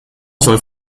soll